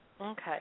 Okay